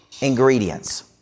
ingredients